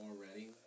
already